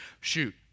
Shoot